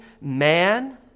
man